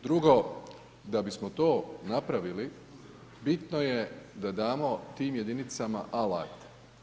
Drugo da bismo to napravili, bitno je da damo tim jedinicama alat.